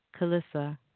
Kalissa